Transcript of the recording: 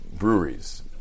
breweries